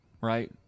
right